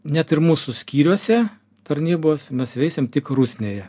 net ir mūsų skyriuose tarnybos mes veisiam tik rusnėje